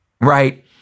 Right